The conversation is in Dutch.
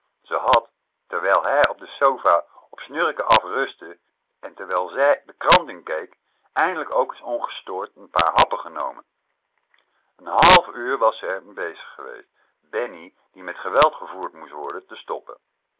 ze had terwijl hij op de sofa op snurken af rustte en terwijl zij de krant inkeek eindelijk ook is ongestoord n paar happen genomen n half uur was ze r mee bezig geweest bennie die met geweld gevoerd moest worden te stoppen